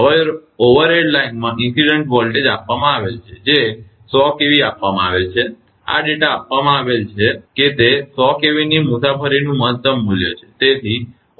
હવે ઓવરહેડ લાઇનમાં incident voltage આપવામાં આવેલ છે જે 100 kV આપવામાં આવેલ છે આ ડેટા આપવામાં આવેલ છે કે તે 100 kVની મુસાફરીનું મહત્તમ મૂલ્ય છે